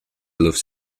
loves